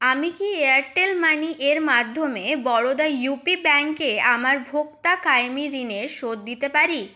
আমি কি Airtel money এর মাধ্যমে বরোদা ইউ পি ব্যাংকে আমার ভোক্তা কায়েমী ঋণের শোধ দিতে পারি